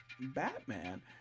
Batman